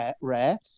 rare